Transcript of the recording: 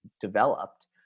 developed